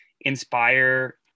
inspire